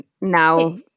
now